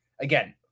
Again